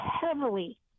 heavily—